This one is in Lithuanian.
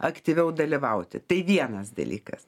aktyviau dalyvauti tai vienas dalykas